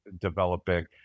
developing